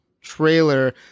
trailer